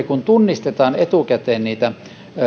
kun tunnistetaan etukäteen niitä